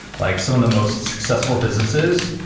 like some of the most successful businesses,